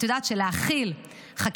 נכון.